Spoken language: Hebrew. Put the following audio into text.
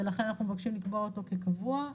ולכן אנחנו מבקשים לקבוע אותו כקבוע.